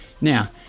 Now